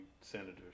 senators